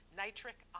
nitric